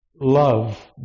love